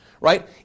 Right